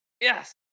Yes